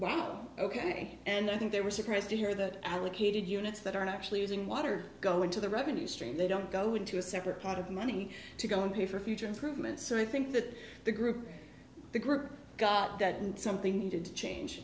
out ok and i think they were surprised to hear that allocated units that aren't actually using water go into the revenue stream they don't go into a separate pot of money to go and pay for future improvements so i think that the group the group got that and something needed to change